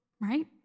right